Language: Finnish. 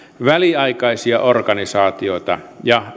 väliaikaisia organisaatioita ja